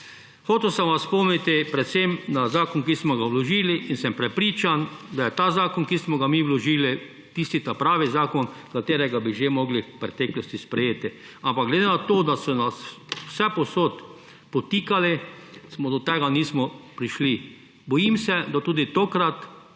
Hotel sem vas spomniti predvsem na zakon, ki smo ga vložili. Prepričan sem, da je ta zakon, ki smo ga mi vložili, tisti ta pravi zakon, ki bi ga morali že v preteklosti sprejeti. Ampak glede na to, da so nas vsepovsod spotikali, do tega nismo prišli. Bojim se, da tudi tokrat